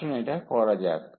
আসুন এটা করা যাক